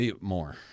more